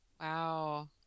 Wow